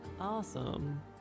Awesome